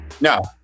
No